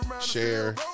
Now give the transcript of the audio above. share